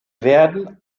werden